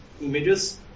images